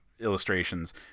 illustrations